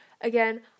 Again